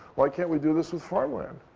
why can't we do this with farm land?